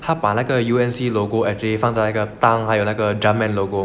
他把那个 U and C logo actually 放在那个 Tang 还有那个 Jarman logo